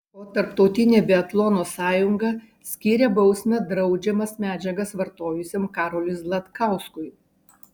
o tarptautinė biatlono sąjunga skyrė bausmę draudžiamas medžiagas vartojusiam karoliui zlatkauskui